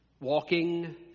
walking